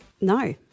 No